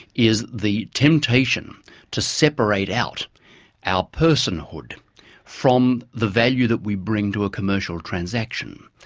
is the temptation to separate out our personhood from the value that we bring to a commercial transaction.